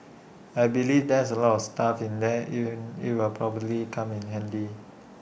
I believe there's A lot of stuff in there it'll it'll probably come in handy